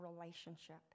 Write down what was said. relationship